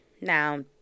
Now